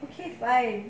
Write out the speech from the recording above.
okay bye